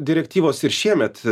direktyvos ir šiemet